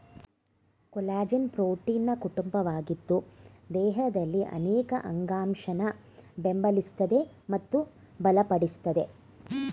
collagen ಪ್ರೋಟೀನ್ನ ಕುಟುಂಬವಾಗಿದ್ದು ದೇಹದಲ್ಲಿನ ಅನೇಕ ಅಂಗಾಂಶನ ಬೆಂಬಲಿಸ್ತದೆ ಮತ್ತು ಬಲಪಡಿಸ್ತದೆ